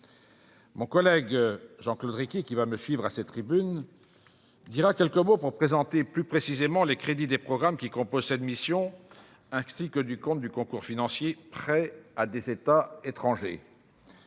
Mon collègue Jean-Claude Requier, qui va me succéder à cette tribune, dira quelques mots pour présenter plus précisément les crédits des programmes qui composent cette mission et le compte de concours financiers « Prêts à des États étrangers